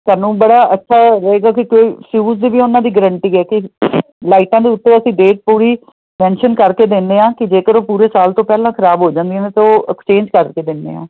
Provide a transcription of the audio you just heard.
ਸਾਨੂੰ ਬੜਾ ਅੱਛਾ ਰਹੇਗਾ ਕੀ ਕੋਈ ਸ਼ੂਜ ਦੀ ਵੀ ਉਹਨਾਂ ਦੀ ਗਰੰਟੀ ਹੈ ਕੀ ਲਾਈਟਾਂ ਦੇ ਉੱਤੇ ਅਸੀਂ ਡੇਟ ਪੂਰੀ ਮੈਸ਼ਨ ਕਰ ਕੇ ਦਿੰਦੇ ਹਾਂ ਕਿ ਜੇਕਰ ਉਹ ਪੂਰੇ ਸਾਲ ਤੋਂ ਪਹਿਲਾਂ ਖਰਾਬ ਹੋ ਜਾਂਦੀਆਂ ਨੇ ਤਾਂ ਉਹ ਐਕਸਚੇਂਜ ਕਰਕੇ ਦਿੰਦੇ ਹਾਂ